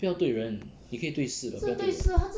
不要对人你可以对事 but 不要对人